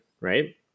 right